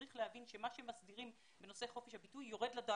צריך להבין שמה שמסבירים בנושא חופש הביטוי יורד למטה.